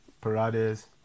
Parades